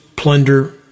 plunder